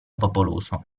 popoloso